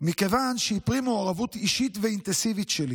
מכיוון שהיא פרי מעורבות אישית ואינטנסיבית שלי.